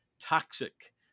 toxic